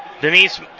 Denise